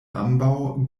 ambaŭ